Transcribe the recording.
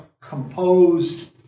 composed